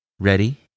Ready